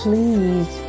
Please